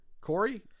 Corey